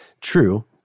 True